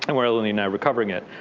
and we're only now recovering it.